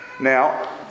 Now